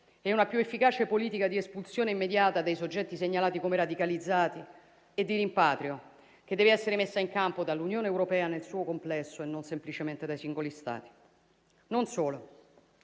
e una più efficace politica di espulsione immediata dei soggetti segnalati come radicalizzati e di rimpatrio, che deve essere messa in campo dall'Unione europea nel suo complesso e non semplicemente dai singoli Stati. Non solo.